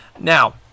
Now